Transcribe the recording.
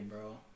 bro